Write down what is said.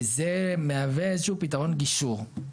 זה מהווה איזה שהוא פתרון גישור.